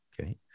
Okay